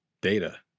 data